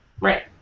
Right